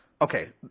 Okay